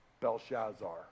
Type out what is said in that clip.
Belshazzar